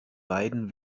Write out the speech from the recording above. beiden